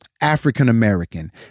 African-American